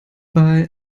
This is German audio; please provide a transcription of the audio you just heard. bei